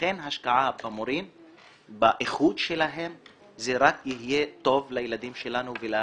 לכן השקעה באיכות המורים זה רק יהיה טוב לילדים שלנו ולחינוך.